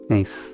Nice